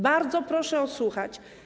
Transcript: Bardzo proszę odsłuchać.